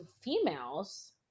females